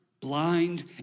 blind